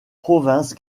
province